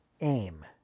aim